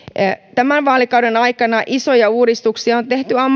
tämän vaalikauden aikana isoja uudistuksia on tehty